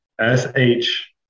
S-H